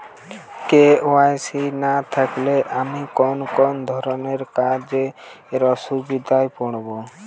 KYC না থাকলে আমি কোন কোন ধরনের কাজে অসুবিধায় পড়ব?